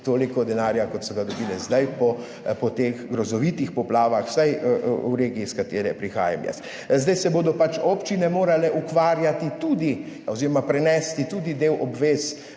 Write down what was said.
toliko denarja, kot so ga dobile zdaj po teh grozovitih poplavah, vsaj v regiji, iz katere prihajam jaz. Zdaj se bodo pač občine morale ukvarjati oziroma prenesti del